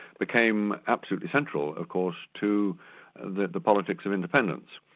became absolutely central of course to the the politics of independence.